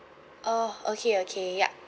oh okay okay yup